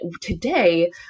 today